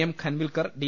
M Khanwilkar D